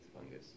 fungus